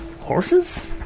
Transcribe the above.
Horses